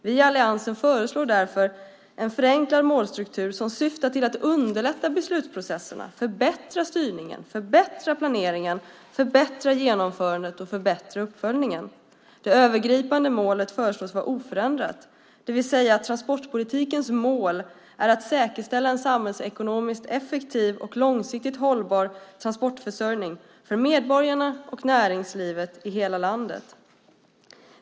Vi i alliansen föreslår därför en förenklad målstruktur som syftar till att underlätta beslutsprocesserna, förbättra styrningen, förbättra planeringen, förbättra genomförandet och förbättra uppföljningen. Det övergripande målet föreslås vara oförändrat, det vill säga att transportpolitikens mål är att säkerställa en samhällsekonomiskt effektiv och långsiktigt hållbar transportförsörjning för medborgarna och näringslivet i hela landet.